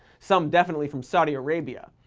some definitely from saudi arabia.